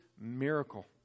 miracle